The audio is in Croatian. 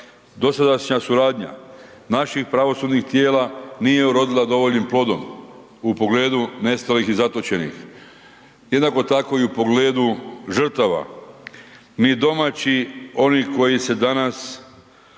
dosadašnja suradnja naših pravosudnih tijela nije urodila dovoljnim plodom u pogledu nestalih i zatočenih. Jednako tako i u pogledu žrtava. Mi domaći oni koji se danas